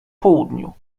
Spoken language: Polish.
południu